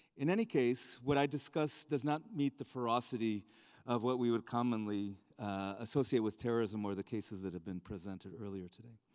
in any case, what i discuss does not meet the ferocity of what we would commonly associate with terrorism or the cases that have been presented earlier today,